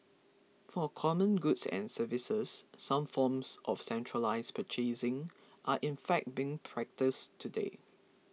for common goods and services some forms of centralised purchasing are in fact being practised today